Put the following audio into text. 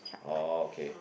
okay